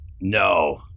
No